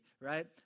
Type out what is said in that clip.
right